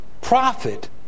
profit